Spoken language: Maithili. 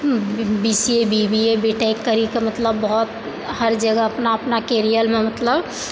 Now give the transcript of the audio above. B C A B B A B tech करिकऽ मतलब बहुत हर जगह अपना अपना कैरियरमे मतलब आगे